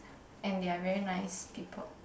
and they are very nice people